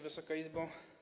Wysoka Izbo!